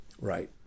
Right